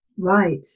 Right